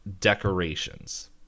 decorations